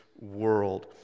world